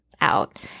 out